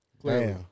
clearly